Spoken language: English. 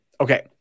Okay